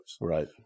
Right